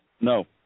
No